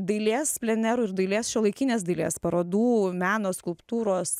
dailės plenerų ir dailės šiuolaikinės dailės parodų meno skulptūros